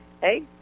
hey